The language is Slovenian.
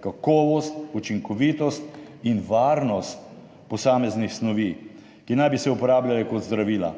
kakovost, učinkovitost in varnost posameznih snovi, ki naj bi se uporabljale kot zdravila.